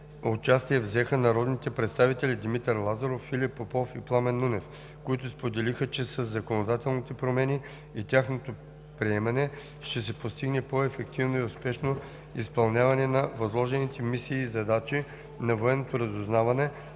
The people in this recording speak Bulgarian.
възложените мисии и задачи на военното разузнаване